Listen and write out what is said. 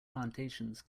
plantations